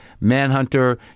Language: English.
manhunter